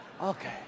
Okay